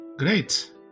Great